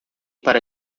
para